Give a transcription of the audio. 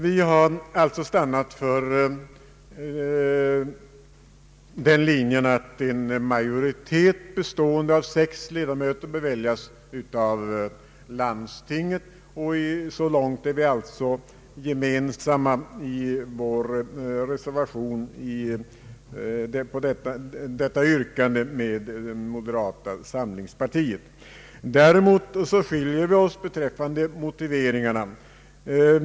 Vi har således stannat för den linjen att en majoritet bestående av sex Iledamöter bör väljas av landstingen och så långt har vi samma uppfattning som moderata samlingspartiet i den reservation där detta yrkande ingår. Däremot skiljer sig våra uppfattningar beträffande motiveringarna.